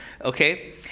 Okay